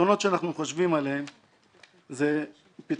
הפתרונות שאנחנו חושבים עליהם זה פתרונות